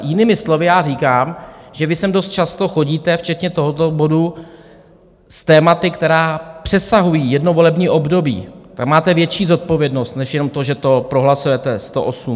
Jinými slovy já říkám, že vy sem dost často chodíte, včetně tohoto bodu, s tématy, která přesahují jedno volební období, tak máte větší zodpovědnost než jenom to, že to prohlasujete 108.